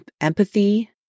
empathy